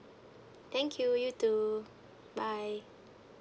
thank you you too bye